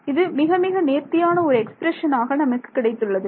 இது மிக மிக நேர்த்தியான ஒரு எக்ஸ்பிரஷன் ஆக நமக்கு கிடைத்துள்ளது